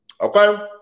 Okay